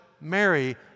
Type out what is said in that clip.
Mary